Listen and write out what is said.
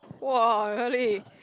!wah! really